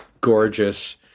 gorgeous